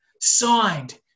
signed